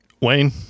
Wayne